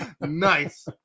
Nice